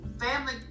family